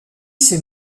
ces